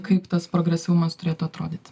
kaip tas progresyvumas turėtų atrodyti